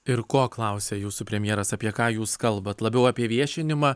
ir ko klausia jūsų premjeras apie ką jūs kalbat labiau apie viešinimą